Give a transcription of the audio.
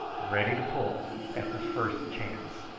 ready to pull at the first chance.